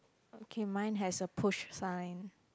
okay mine has a push sign